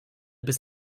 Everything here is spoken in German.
bis